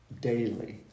daily